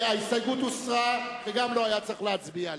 ההסתייגות הוסרה, וגם לא היה צריך להצביע עליה.